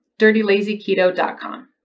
DirtyLazyKeto.com